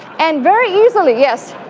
and very easily, yes,